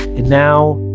and now,